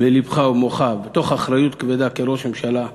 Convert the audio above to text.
בלבך ובמוחך, תוך אחריות כבדה כראש ממשלה,